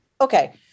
Okay